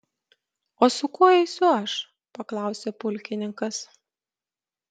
o su kuo eisiu aš paklausė pulkininkas